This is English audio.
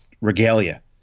regalia